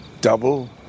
double